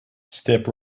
step